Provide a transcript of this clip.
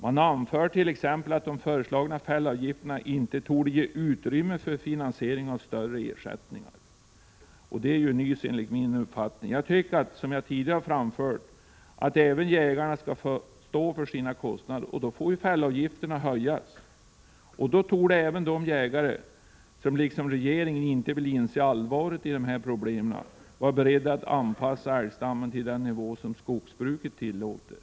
Utskottet anfört.ex. att de föreslagna fällavgifterna inte torde ge utrymme för finansiering av större ersättningar. Detta är nys, enligt min uppfattning. Som jag tidigare har framfört tycker jag att även jägarna skall få stå för sina kostnader, och då får fällavgifterna höjas. Då torde även de jägare som liksom regeringen inte vill inse allvaret i dessa problem vara beredda att — Prot. 1986/87:113 anpassa älgstammen till den nivå som skogsbruket tillåter.